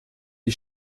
die